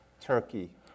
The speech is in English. turkey